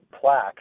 plaque